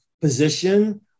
position